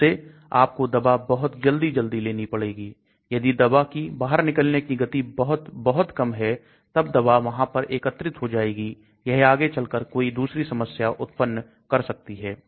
जिससे आपको दवा बहुत जल्दी जल्दी लेनी पड़ेगी यदि दवा कि बाहर निकलने की गति बहुत बहुत कम है तब दवा वहां पर एकत्रित हो जाएगी यह आगे चलकर कोई दूसरी समस्या उत्पन्न कर सकती है